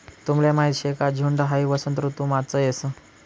तुमले माहीत शे का झुंड हाई वसंत ऋतुमाच येस